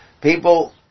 people